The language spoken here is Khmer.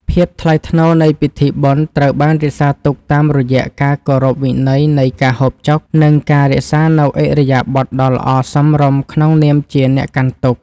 ភាពថ្លៃថ្នូរនៃពិធីបុណ្យត្រូវបានរក្សាទុកតាមរយៈការគោរពវិន័យនៃការហូបចុក និងការរក្សានូវឥរិយាបថដ៏ល្អសមរម្យក្នុងនាមជាអ្នកកាន់ទុក្ខ។